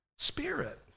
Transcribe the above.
Spirit